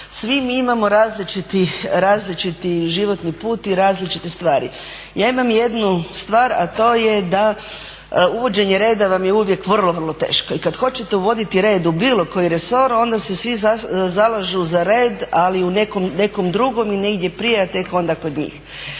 Svi mi imamo različiti životni put i različite stvari. Ja imam jednu stvar, a to je da uvođenje reda vam je uvijek vrlo, vrlo teško. I kad hoćete uvoditi red u bilo koji resor onda se svi zalažu za red, ali u nekom drugom i negdje prije, a tek onda kod njih.